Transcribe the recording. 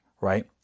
right